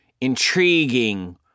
intriguing